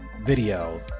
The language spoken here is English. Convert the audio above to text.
video